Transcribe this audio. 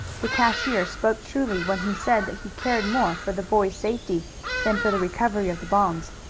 the cashier spoke truly when he said that he cared more for the boy's safety than for the recovery of the bonds.